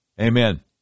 Amen